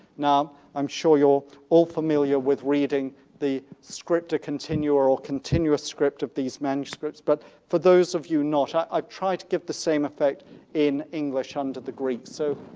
now i'm sure you're all familiar with reading the scriptura continua or or continuous script of these manuscripts, but for those of you not, i've tried to give the same effect in english under the greek. so